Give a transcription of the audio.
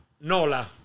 Nola